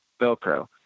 velcro